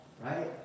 right